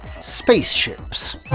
spaceships